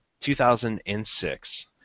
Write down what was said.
2006